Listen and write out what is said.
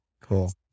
Cool